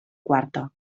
quarta